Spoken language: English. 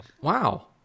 Wow